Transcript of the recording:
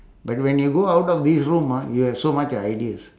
but when you go out of this room ah you have so much ideas